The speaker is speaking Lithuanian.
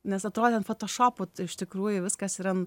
nes atrodė fotošopu iš tikrųjų viskas yra